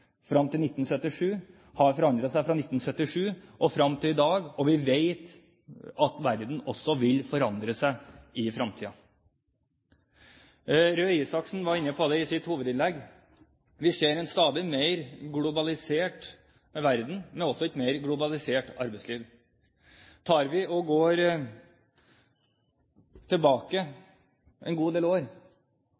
har forandret seg fra 1977 og frem til i dag, og vi vet at verden også vil forandre seg i fremtiden. Røe Isaksen var i sitt hovedinnlegg inne på at vi ser en stadig mer globalisert verden, men også et mer globalisert arbeidsliv. Vi kan gå tilbake